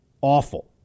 Awful